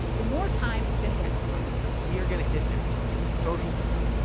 the more time it's going to get from us we are going to hit everything social security,